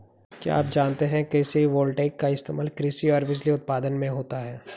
क्या आप जानते है कृषि वोल्टेइक का इस्तेमाल कृषि और बिजली उत्पादन में होता है?